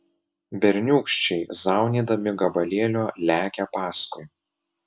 berniūkščiai zaunydami gabalėlio lekia paskui